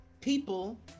People